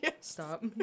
stop